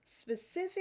specific